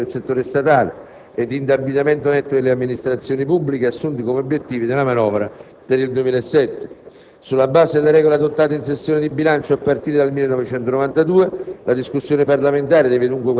Sulla base delle regole adottate in sessione di bilancio a partire dal 1992, i valori in termini di saldo netto da finanziare, relativi a ciascuno degli anni compresi nel bilancio triennale 2007-2009, devono quindi comunque essere assunti